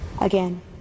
Again